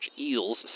eels